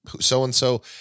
So-and-so